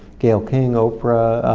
gayle king, oprah,